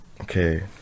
Okay